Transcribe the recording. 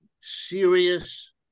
serious